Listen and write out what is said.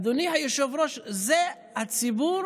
אדוני היושב-ראש, זה הציבור